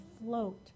float